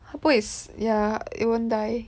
它不会死 ya it won't die